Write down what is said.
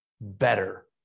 better